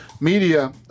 media